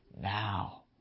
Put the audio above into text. now